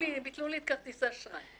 ביטלו לי את כרטיס האשראי.